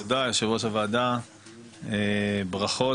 תודה יושב-ראש הוועדה, ברכות.